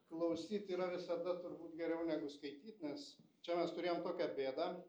klausyt yra visada turbūt geriau negu skaityt nes čia mes turėjom tokią bėdą